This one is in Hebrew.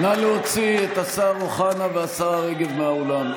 נא להוציא את השר אוחנה והשרה רגב מהאולם.